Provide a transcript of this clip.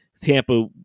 Tampa